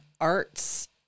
arts